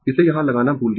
इसे यहां लगाना भूल गया